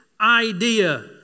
idea